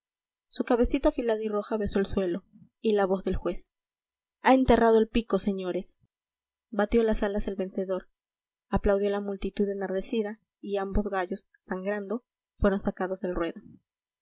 su cabecita afilada y roja besó el suelo y la voz del juez ha enterrado el pico señores batió las alas el vencedor aplaudió la multitud enardeciua y ambos gallos sangrando fueron sacados del ruedo